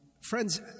friends